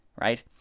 right